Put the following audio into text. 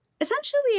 essentially